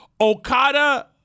Okada